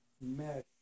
mesh